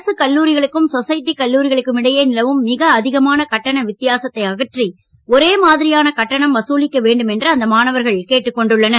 அரசு கல்லூரிகளுக்கும் சொசைட்டி கல்லூரிகளுக்கும் இடையே நிலவும் மிக அதிகமான கட்டண வித்தியாசத்தை அகற்றி ஒரே மாதிரியான கட்டணம் வசூலிக்க வேண்டும் என்று அந்த மாணவர்கள் கேட்டுக் கொண்டுள்ளனர்